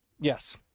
yes